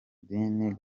idini